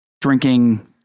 drinking